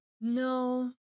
No